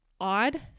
odd